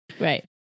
right